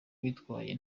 bitwaye